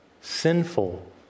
sinful